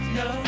no